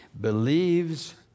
believes